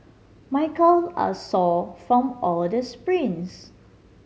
my calve are sore from all the sprints